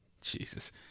Jesus